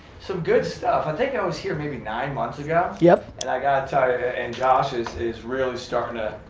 some good stuff. i think i was here maybe nine months ago. yep. and i got tired, and josh is is really starting to.